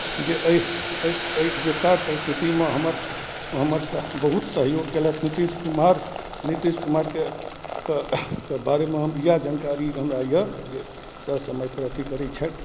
जे एहि एहि एहि विकट परिस्थितिमे हमर हमर सह बहुत सहयोग कयलथि नीतीश कुमार नीतीश कुमारके के बारेमे इएह जानकारी हमरा यए ससमयपर अथि करै छथि